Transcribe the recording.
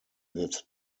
this